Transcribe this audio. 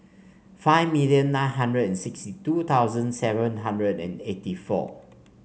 five million nine hundred and sixty two thousand seven hundred and eighty four